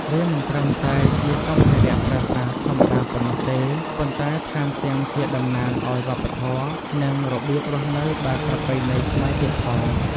វាមិនត្រឹមតែជាសម្ភារៈប្រើប្រាស់ធម្មតាប៉ុណ្ណោះទេ ប៉ុន្តែថែមទាំងជាតំណាងឱ្យវប្បធម៌ និងរបៀបរស់នៅបែបប្រពៃណីខ្មែរទៀតផង។